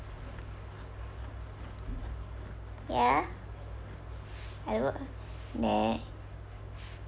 ya I would nah